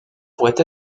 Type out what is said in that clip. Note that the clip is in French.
pourrait